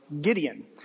Gideon